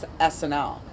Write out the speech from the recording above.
SNL